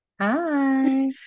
Hi